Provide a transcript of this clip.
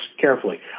carefully